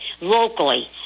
locally